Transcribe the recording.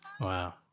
Wow